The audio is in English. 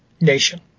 nation